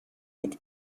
mit